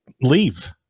Leave